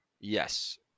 yes